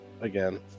again